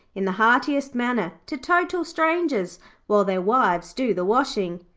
in the heartiest manner, to total strangers while their wives do the washing.